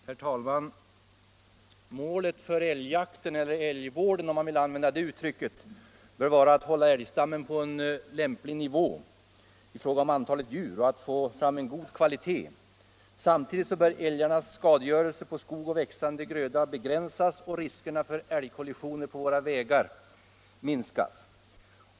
Herr talman! Målet för älgjakten — eller älgvården, om man vill använda det uttrycket — bör vara att hålla älgstammen på en lämplig nivå i fråga om antalet djur och att få fram en god kvalitet på älgstammen. Samtidigt bör älgarnas skadegörelse på skog och växande gröda begränsas och riskerna för älgkollisioner på våra vägar minskas.